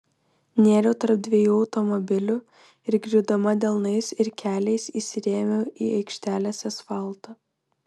nėriau tarp dviejų automobilių ir griūdama delnais ir keliais įsirėmiau į aikštelės asfaltą